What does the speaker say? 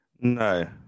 No